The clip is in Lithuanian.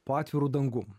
po atviru dangum